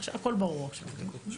הכול ברור עכשיו.